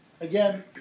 again